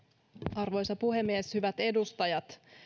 arvoisa puhemies hyvät edustajat